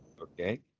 Okay